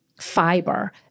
fiber